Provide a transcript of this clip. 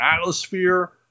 atmosphere